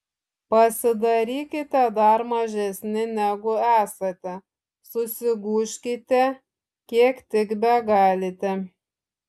pasidarykite dar mažesni negu esate susigūžkite kiek tik begalite